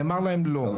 נאמר להם לא,